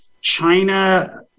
China